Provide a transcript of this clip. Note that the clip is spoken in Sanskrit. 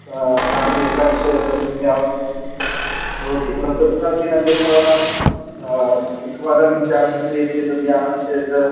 स सार्धेकादशलक्षं यावत् भवति परन्तु तत्र अपि बेस् मोडल् नाम एकवारं चार्ज् क्रियते तद् यानं चेत्